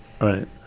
Right